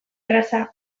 erraza